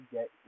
Get